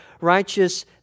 righteous